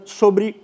sobre